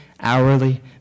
hourly